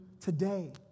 today